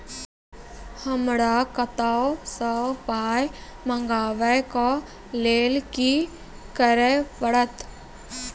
हमरा कतौ सअ पाय मंगावै कऽ लेल की करे पड़त?